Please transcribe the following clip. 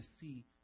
see